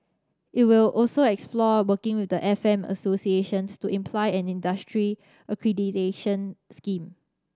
it will also explore working with the F M associations to imply an industry accreditation scheme